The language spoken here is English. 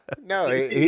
No